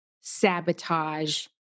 sabotage